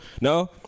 No